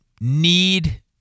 need